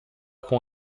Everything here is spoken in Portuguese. com